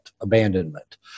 abandonment